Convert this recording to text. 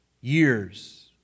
Years